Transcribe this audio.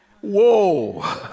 Whoa